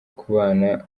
kubana